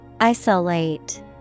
isolate